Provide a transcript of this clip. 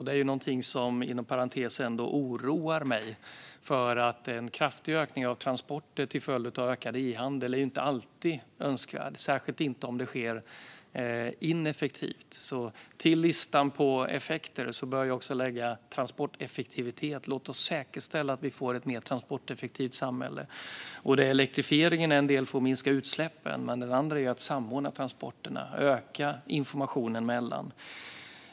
Det är någonting som, inom parentes, ändå oroar mig för att en kraftig ökning av transporter till följd av ökad e-handel inte alltid är önskvärd, särskilt inte om det sker ineffektivt. Till listan på effekter bör vi också lägga transporteffektivitet. Låt oss säkerställa att vi får ett mer transporteffektivt samhälle. Elektrifieringen är en del för att minska utsläppen, men den andra delen är att samordna transporterna och öka informationen mellan dem.